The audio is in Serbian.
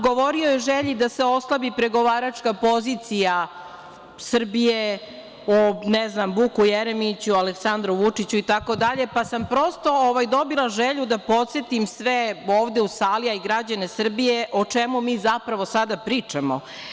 Govorio je o želji da se oslabi pregovaračka pozicija Srbije, o Vuku Jeremiću, Aleksandru Vučiću, itd, pa sam prosto dobila želju da podsetim sve ovde u sali, a i građane Srbije, o čemu mi zapravo sada pričamo.